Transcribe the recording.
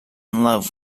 love